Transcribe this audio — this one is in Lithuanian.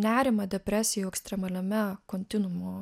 nerimą depresiją jau ekstremaliame kontinuumo